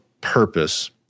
purpose